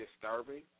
disturbing